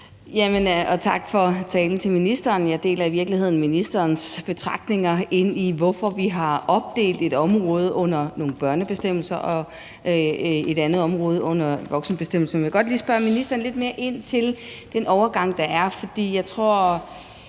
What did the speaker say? for talen. Jeg deler i virkeligheden ministerens betragtninger om, hvorfor vi har lavet en opdeling, så et område hører under børnebestemmelserne, og et andet område hører under voksenbestemmelserne. Men jeg vil godt lige spørge ministeren lidt mere ind til den overgang, der er,